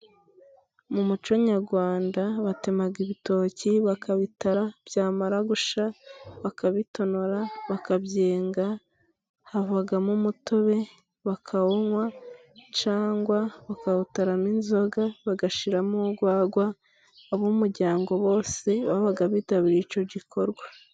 Mu muco nyarwanda batema ibitoki bakabitara, byamara gushya bakabitonora, bakabyenga. Havamo umutobe bakawunywa, cyangwa bakawutaramo inzoga, bagashyiramo urwagwa, ab'umuryango bose babaga bitabiriye icyo gikorwa.